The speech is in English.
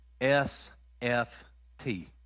S-F-T